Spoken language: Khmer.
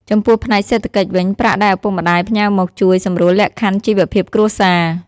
ចំពោះផ្នែកសេដ្ឋកិច្ចវិញ ប្រាក់ដែលឪពុកម្តាយផ្ញើមកជួយសម្រួលលក្ខខណ្ឌជីវភាពគ្រួសារ។